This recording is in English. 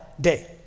day